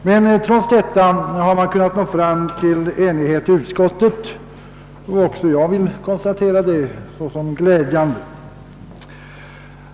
Men trots detta har man kommit fram till enighet i utskottet, och även jag konstaterar det som något glädjande.